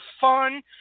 fun